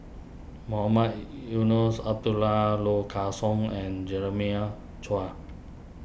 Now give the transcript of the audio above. Mohamed Eunos Abdullah Low car Song and Jeremiah Choy